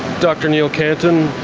dr neal cantin,